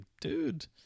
dude